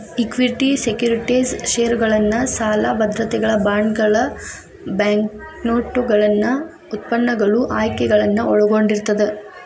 equity securities ಷೇರುಗಳನ್ನ ಸಾಲ ಭದ್ರತೆಗಳ ಬಾಂಡ್ಗಳ ಬ್ಯಾಂಕ್ನೋಟುಗಳನ್ನ ಉತ್ಪನ್ನಗಳು ಆಯ್ಕೆಗಳನ್ನ ಒಳಗೊಂಡಿರ್ತದ